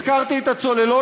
הזכרתי את הצוללות,